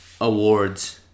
awards